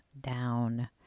down